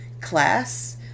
class